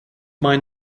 mind